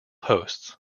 hosts